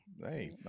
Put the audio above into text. hey